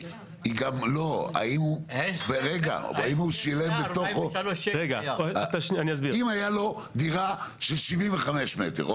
האם הוא שילם בתוכו אם היה לו דירה של 75 מטר,